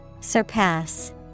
Surpass